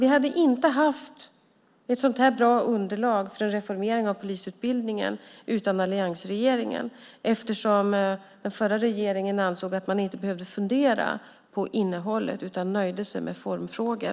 Vi hade inte haft ett sådant här bra underlag för en reformering av polisutbildningen utan alliansregeringen, eftersom den förra regeringen ansåg att man inte behövde fundera på innehållet utan nöjde sig med formfrågor.